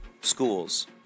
schools